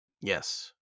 Yes